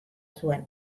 zuen